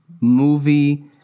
movie